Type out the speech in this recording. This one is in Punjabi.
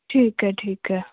ਠੀਕ ਹੈ ਠੀਕ ਹੈ